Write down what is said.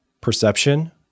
perception